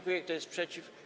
Kto jest przeciw?